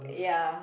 ya